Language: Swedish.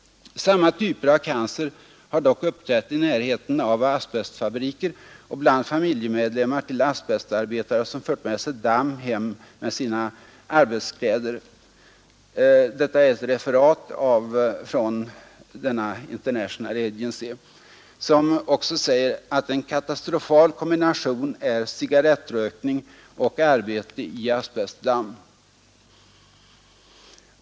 Samma typer av cancer har dock uppträtt i närheten av asbestfabriker och bland familjemedlemmar till asbestarbetare som fört med sig damm hem med sina arbetskläder. Detta är ett referat från den International Agency som jag nyss nämnde. Därifrån framhålles också att en katastrofal kombination är cigarettrökning och arbete i asbestdamm.